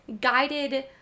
guided